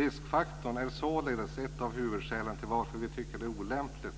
Riskfaktorn är således ett av huvudskälen till att vi tycker att det är olämpligt